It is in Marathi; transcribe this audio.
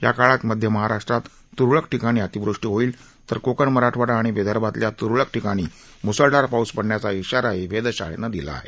या काळात मध्य महाराष्ट्रात त्रळक ठिकाणी अतिवृष्टी होईल तर कोकण मराठवाडा आणि विदर्भातल्या त्रळक ठिकाणी म्सळधार पाऊस पडण्याचा इशाराही वेधशाळेनं दिला आहे